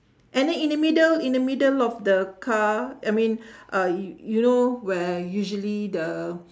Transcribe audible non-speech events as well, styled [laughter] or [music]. and in the middle in the middle of the car I mean [breath] uh yo~ you know where usually the